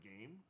game